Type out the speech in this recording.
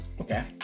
Okay